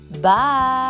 Bye